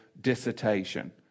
dissertation